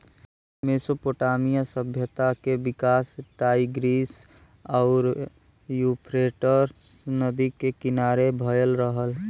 Mesopotamia सभ्यता के विकास टाईग्रीस आउर यूफ्रेटस नदी के किनारे भयल रहल